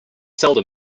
seldom